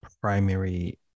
primary